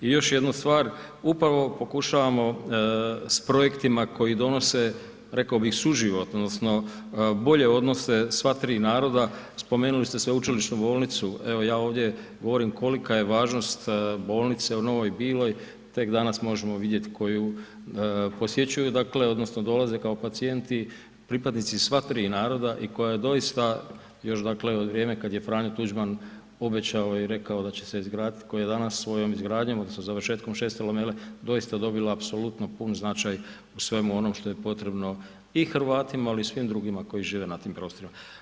I još jednu stvar, upravo pokušavamo s projektima koji donose rekao bih suživot odnosno bolje odnose sva tri naroda, spomenuli ste sveučilišnu bolnicu, evo ja ovdje govorim kolika je važnost bolnice u Novoj Biloj, tek danas možemo vidjeti tko ju posjećuju dakle odnosno dolaze kao pacijenti pripadnici sva tri naroda i koja je doista još dakle u vrijeme kad je Franjo Tuđman obećao i rekao da će se izgradit koji je danas svojom izgradnjom odnosno završetkom šeste lamele doista dobila apsolutno pun značaj u svemu onom što je potrebno i Hrvatima, al i svim drugima koji žive na tim prostorima.